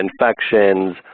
infections